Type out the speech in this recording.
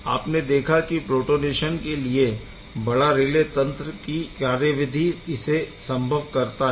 आपने देखा की प्रोटोनेशन के लिए बड़ा रिले तंत्र की कार्यविधि इसे संभव करता है